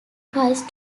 tries